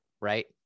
right